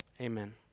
Amen